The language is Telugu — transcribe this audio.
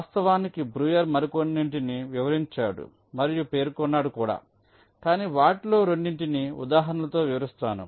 వాస్తవానికి బ్రూయర్ మరికొన్నింటిని వివరించాడు మరియు పేర్కొన్నాడు కాని వాటిలో రెండింటిని ఉదాహరణలతో వివరిస్తాను